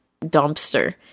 dumpster